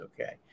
okay